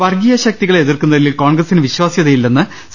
വർഗീയ ശക്തികളെ എതിർക്കുന്നതിൽ കോൺഗ്രസിന് വിശ്വാസൃത ഇല്ലെന്ന് സി